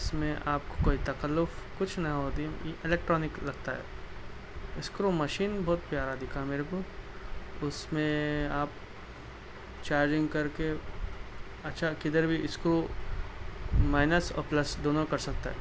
اس میں آپ کو کوئی تکلف کچھ نہ ہوتی الیکٹرانک لگتا ہے اسکرو مشین بہت پیارا دکھا میرے کو اس میں آپ چارجنگ کر کے اچھا کدھر بھی اسکرو مائنس اور پلس دونوں کر سکتا ہے